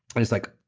it's like,